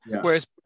Whereas